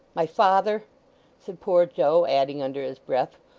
my father said poor joe adding under his breath,